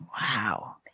Wow